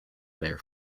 their